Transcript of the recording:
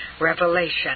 Revelation